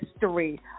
history